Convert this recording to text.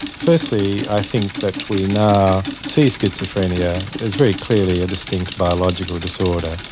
firstly i think that we now see schizophrenia as very clearly a distinct biological disorder,